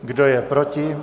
Kdo je proti?